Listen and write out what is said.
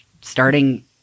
starting